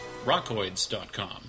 rockoids.com